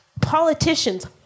politicians